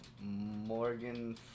Morgan